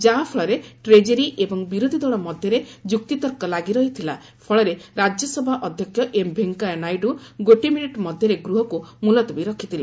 ଯାହାଫଳରେ ଟ୍ରେକେରି ଏବଂ ବିରାଧୀ ଦଳ ମଧ୍ୟରେ ଯୁକ୍ତିତର୍କ ଲାଗି ରହିଥିଲା ଫଳରେ ରାଜ୍ୟସଭା ଅଧ୍ୟକ୍ଷ ଏମ୍ ଭେଙ୍କେୟା ନାଇଡୁ ଗୋଟିଏ ମିନିଟ୍ ମଧ୍ୟରେ ଗୃହକୁ ମୁଲତବୀ ରଖିଥିଲେ